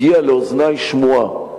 הגיעה לאוזני שמועה,